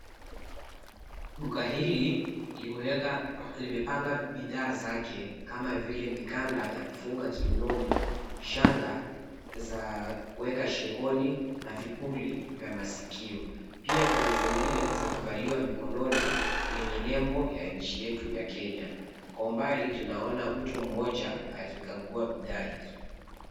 Duka hili limepanga bidhaa zake kama vile mikanda ya kufunga kiunoni, shanga za kueka shingoni na vipuli vya masikio. Pia kuna zingine za kuvaliwa mikononi vyenye nembo ya nchi yetu ya Kenya. Kwa umbali tunaona mtu mmoja akikagua bidhaa hizo.